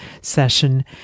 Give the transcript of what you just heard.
session